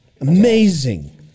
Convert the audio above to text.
amazing